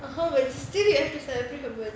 (uh huh) but still you have to celebrate her birthday